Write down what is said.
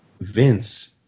Vince